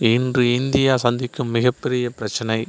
இன்று இந்தியா சந்திக்கும் மிகப்பெரிய பிரச்சினை